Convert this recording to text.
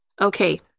Okay